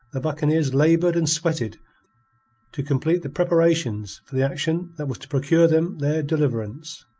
the buccaneers laboured and sweated to complete the preparations for the action that was to procure them their deliverance.